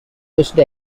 pushed